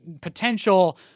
potential